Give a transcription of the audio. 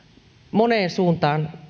moneen suuntaan